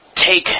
take